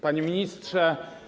Panie Ministrze!